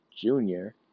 Junior